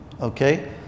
Okay